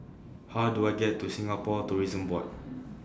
How Do I get to Singapore Tourism Board